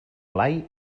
blai